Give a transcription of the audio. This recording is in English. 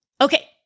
Okay